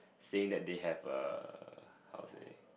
saying that they have a how to say